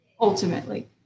ultimately